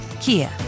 Kia